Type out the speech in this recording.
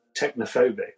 technophobic